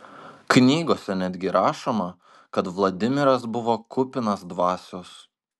knygose netgi rašoma kad vladimiras buvo kupinas dvasios